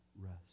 rest